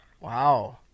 Wow